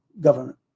government